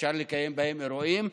ואפשר לקיים בהם אירועים.